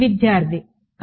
విద్యార్థి కానీ